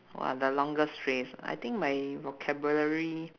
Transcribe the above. !wah! the longest phrase ah I think my vocabulary